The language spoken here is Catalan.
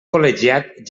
col·legiat